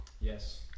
Yes